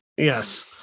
Yes